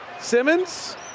Simmons